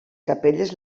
capelles